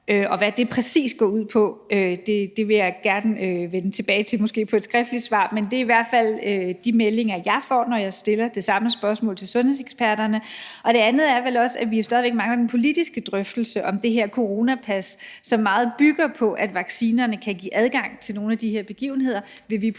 Og hvad det præcis går ud, vil jeg gerne vende tilbage til måske med et skriftligt svar, men det er i hvert fald de meldinger, jeg får, når jeg stiller det samme spørgsmål til sundhedseksperterne. Det andet er vel også, at vi jo stadig væk mangler den politiske drøftelse af det her coronapas, som bygger meget på, at vaccinerne kan give adgang til nogle af de her begivenheder. Vil vi politisk